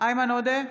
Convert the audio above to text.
איימן עודה,